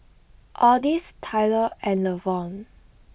Odis Tylor and Lavon